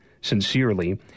sincerely